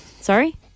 Sorry